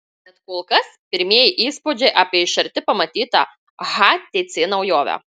bet kol kas pirmieji įspūdžiai apie iš arti pamatytą htc naujovę